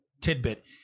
tidbit